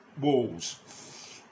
walls